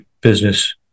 business